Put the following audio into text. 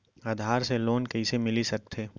आधार से लोन कइसे मिलिस सकथे?